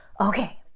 okay